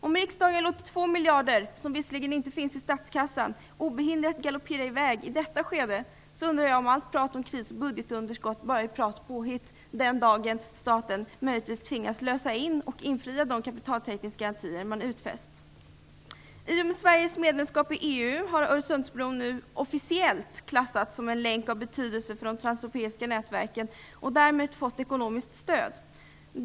Om riksdagen låter 2 miljarder kronor, som visserligen inte finns i statskassan, obehindrat galoppera i väg i detta skede undrar jag om allt om prat om kris och budgetunderskott bara är just prat och påhitt den dagen staten möjligtvis tvingas lösa in och infria de kapitaltäckningsgarantier som man utfäst. I och med Sveriges medlemskap i EU har Öresundsbron nu officiellt klassats som en länk av betydelse för de transeuropeiska nätverken och därmed fått ekonomiskt stöd.